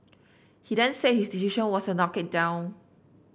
he then said his decision was a knock it down